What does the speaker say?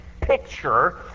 picture